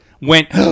went